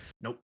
Nope